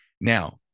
Now